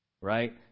right